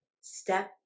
step